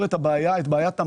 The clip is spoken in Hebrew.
האם זה ישרת את הפיתוח העסקי הזה?